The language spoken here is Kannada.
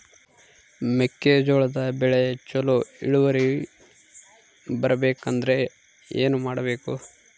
ಮೆಕ್ಕೆಜೋಳದ ಬೆಳೆ ಚೊಲೊ ಇಳುವರಿ ಬರಬೇಕಂದ್ರೆ ಏನು ಮಾಡಬೇಕು?